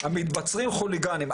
המתבצרים חוליגנים.